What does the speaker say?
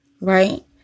right